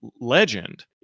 legend